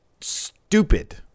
stupid